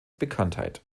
bekanntheit